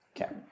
Okay